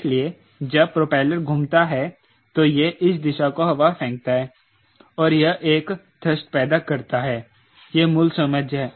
इसलिए जब प्रोपेलर घूमता है तो यह इस दिशा को हवा फेंकता है और यह एक थ्रस्ट पैदा करता है यह मूल समझ है